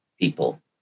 people